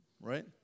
Right